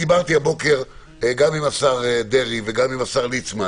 דיברתי הבוקר גם עם השר דרעי וגם עם השר ליצמן,